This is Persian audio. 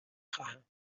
خواهم